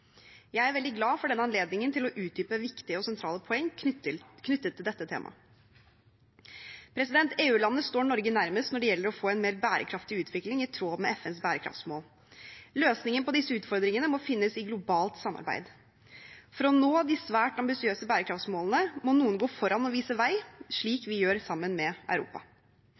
Jeg er veldig glad for denne anledningen til å utdype viktige og sentrale poeng knyttet til dette temaet. EU-landene står Norge nærmest når det gjelder å få en mer bærekraftig utvikling i tråd med FNs bærekraftsmål. Løsningen på disse utfordringene må finnes i globalt samarbeid. For å nå de svært ambisiøse bærekraftsmålene må noen gå foran og vise vei, slik vi gjør sammen med Europa.